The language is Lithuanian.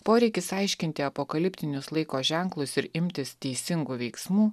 poreikis aiškinti apokaliptinius laiko ženklus ir imtis teisingų veiksmų